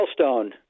Wellstone